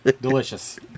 Delicious